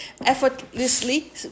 effortlessly